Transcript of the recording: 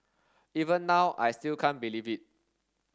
even now I still can't believe it